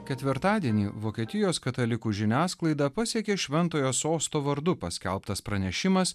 ketvirtadienį vokietijos katalikų žiniasklaidą pasiekė šventojo sosto vardu paskelbtas pranešimas